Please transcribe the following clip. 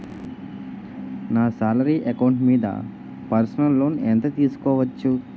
నా salary account మీద personal loan ఎంత తీసుకోవచ్చు?